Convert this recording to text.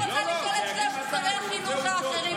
אני רוצה לשאול את שלושת שרי החינוך האחרים,